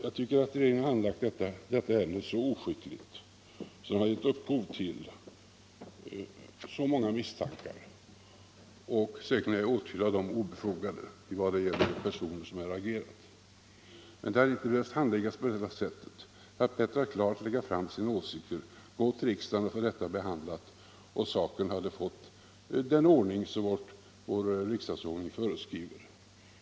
Jag tycker att regeringen har handlagt detta ärende så oskickligt att den har givit upphov till många misstankar — säkerligen är åtskilliga av dem obefogade — vad gäller de personer som här har agerat. Ärendet hade inte behövt handläggas på detta sätt. Det hade varit bättre om regeringen klart lagt fram sina åsikter för riksdagen och fått dem behandlade. Då hade man följt föreskrifterna i vår riksdagsordning.